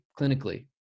clinically